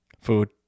food